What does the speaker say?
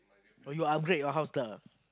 oh you upgrade your house lah